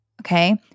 Okay